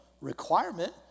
requirement